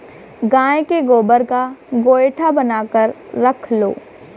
गाय के गोबर का गोएठा बनाकर रख लो